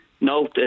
No